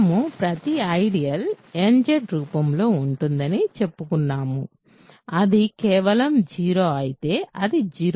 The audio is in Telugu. మనము ప్రతి ఐడియల్ nZ రూపంలో ఉంటుందని చెప్పుకుంటున్నాము అది కేవలం 0 అయితే అది 0Z